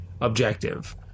objective